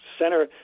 center